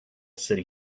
city